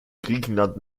griechenland